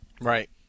right